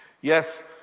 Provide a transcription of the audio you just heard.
Yes